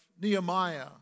Nehemiah